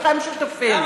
וכולכם שותפים.